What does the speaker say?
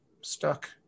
stuck